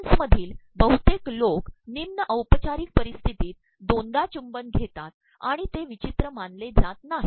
फ्रान्समधील बहुतेक लोक तनम्न औपचाररक पररप्स्त्र्तीत दोनदा चबुं न घेतात आणण ते प्रवचचर मानले जात नाही